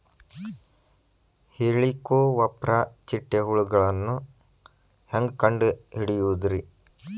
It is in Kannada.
ಹೇಳಿಕೋವಪ್ರ ಚಿಟ್ಟೆ ಹುಳುಗಳನ್ನು ಹೆಂಗ್ ಕಂಡು ಹಿಡಿಯುದುರಿ?